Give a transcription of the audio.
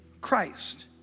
Christ